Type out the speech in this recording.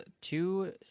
two